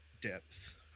depth